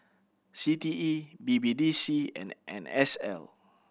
C T E B B D C and N S L